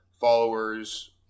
followers